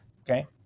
okay